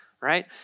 Right